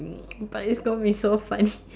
but it's going to be so funny